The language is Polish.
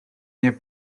nie